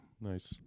Nice